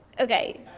Okay